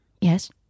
Yes